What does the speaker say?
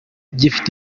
gifite